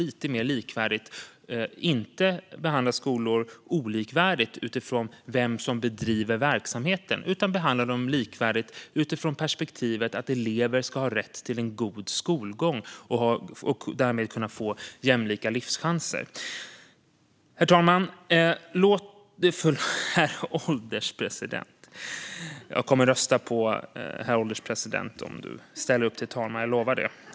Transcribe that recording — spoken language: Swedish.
Vi ska helt enkelt behandla skolor mer likvärdigt utifrån perspektivet att elever ska ha rätt till en god skolgång och därmed få jämlika livschanser, inte behandla skolor olika utifrån vem som bedriver verksamheten.